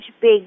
big